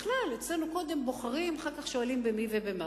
בכלל, אצלנו קודם בוחרים, אחר כך שואלים במי ובמה.